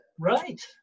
Right